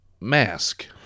mask